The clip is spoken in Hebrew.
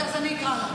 אז אני אקרא לו.